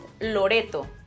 Loreto